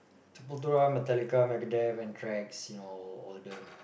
Metallica Megadeth Anthrax you know or older